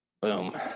Boom